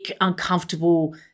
uncomfortable